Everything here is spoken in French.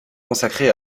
consacré